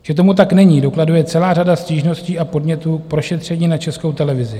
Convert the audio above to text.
Že tomu tak není, dokladuje celá řada stížností a podnětů k prošetření na Českou televizi.